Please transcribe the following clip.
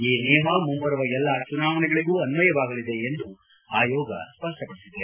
ಈ ನಿಯಮ ಮುಂಬರುವ ಎಲ್ಲಾ ಚುನಾವಣೆಗಳಿಗೆ ಅನ್ವಯವಾಗಲಿದೆ ಎಂದು ಆಯೋಗ ಸ್ಪಷ್ಟಪಡಿಸಿದೆ